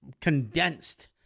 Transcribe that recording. condensed